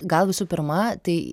gal visų pirma tai